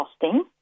costing